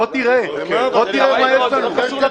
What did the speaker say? בוא תראה לא קשור,